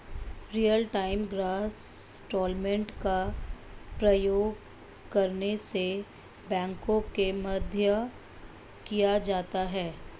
Real time gross settlement का प्रयोग कौन से बैंकों के मध्य किया जाता है?